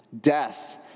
death